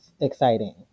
exciting